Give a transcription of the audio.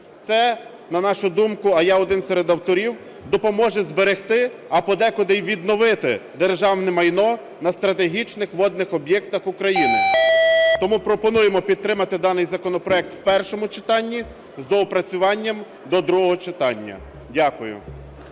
Це, на нашу думку, а я один серед авторів, допоможе зберегти, а подекуди і відновити, державне майно на стратегічних водних об'єктах України. Тому пропонуємо підтримати даний законопроект в першому читанні з доопрацюванням до другого читання. Дякую.